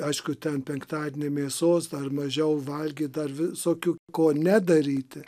aišku ten penktadienį mėsos ar mažiau valgyt dar visokių ko ne daryti